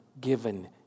given